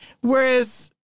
Whereas